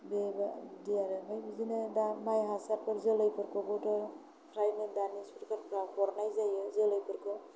बेबायदि आरो ओमफ्राय बिदिनो दा माइ हासारफोर जोलैफोरखौबोथ' फ्रायनो दानि सोरखारफ्रा हरनाय जायो जोलैफोरखौ